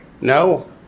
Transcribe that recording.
No